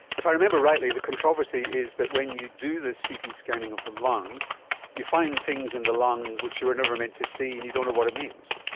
if i remember rightly the controversy is that when you do this ct scanning of the lung you find things in the lung which you were never meant to see and you don't know what it means.